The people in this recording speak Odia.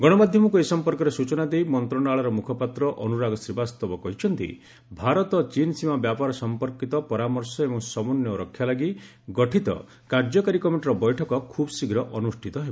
ଗଣମାଧ୍ୟମକୁ ଏ ସମ୍ପର୍କରେ ସୂଚନା ଦେଇ ମନ୍ତ୍ରଣାଳୟର ମୁଖପାତ୍ର ଅନୁରାଗ ଶ୍ରୀବାସ୍ତବ କହିଛନ୍ତି ଭାରତ ଚୀନ୍ ସୀମା ବ୍ୟାପାର ସମ୍ପର୍କୀତ ପରାମର୍ଶ ଏବଂ ସମନ୍ଧୟ ରକ୍ଷା ଲାଗି ଗଠିତ କାର୍ଯ୍ୟକାରୀ କମିଟିର ବୈଠକ ଖୁବ୍ ଶୀଘ୍ର ଅନୁଷ୍ଠିତ ହେବ